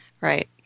Right